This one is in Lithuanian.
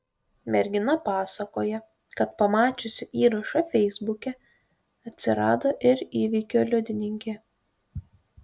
mergina pasakoja kad pamačiusi įrašą feisbuke atsirado ir įvykio liudininkė